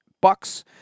Bucks